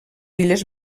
illes